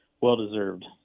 Well-deserved